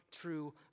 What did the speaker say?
true